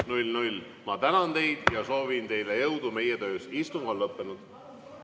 Ma tänan teid ja soovin teile jõudu meie töös! Istung on lõppenud.